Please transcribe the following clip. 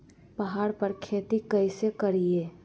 पहाड़ पर खेती कैसे करीये?